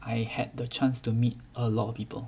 I had the chance to meet a lot of people